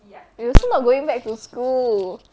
we also not going back to school